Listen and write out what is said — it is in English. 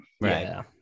Right